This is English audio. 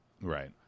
right